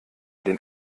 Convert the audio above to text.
den